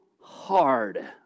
hard